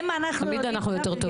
תמיד אנחנו יותר טובות.